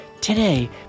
Today